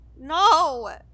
no